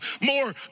more